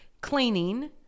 cleaning